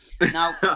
Now